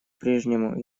прежнему